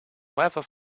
weather